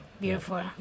Beautiful